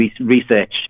research